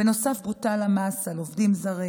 בנוסף, בוטל המס על עובדים זרים.